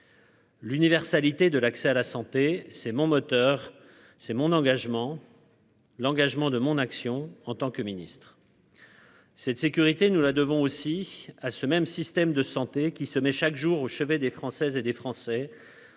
L'universalité de l'accès à la santé, c'est mon moteur, c'est mon engagement : l'engagement de mon action en tant que ministre. Cette sécurité, nous la devons aussi à ce même système de santé qui se met chaque jour au chevet des Françaises et des Français